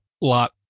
lot